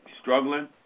struggling